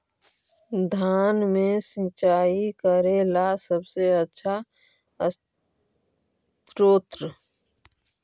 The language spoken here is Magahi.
धान मे सिंचाई करे ला सबसे आछा स्त्रोत्र?